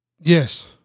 Yes